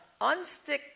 Unstick